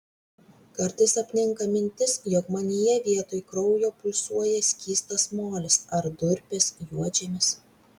kartais apninka mintis jog manyje vietoj kraujo pulsuoja skystas molis ar durpės juodžemis